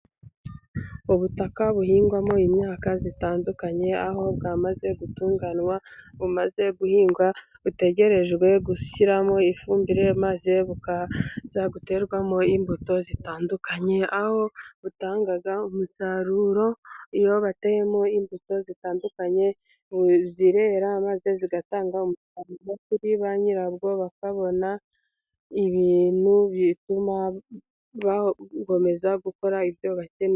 Ubutaka buhingwamo imyaka itandukanye, aho bwamaze gutunganywa, bumaze guhingwa, butegerejwe gushyirwamo ifumbire. Maze bukaza guterwamo imbuto zitandukanye, aho butanga umusaruro, iyo bateyemo imbuto zitandukanye zirera, maze zigatanga umusaruro kuri banyirabwo, bakabona ibintu bituma bakomeza gukora ibyo bakeneye.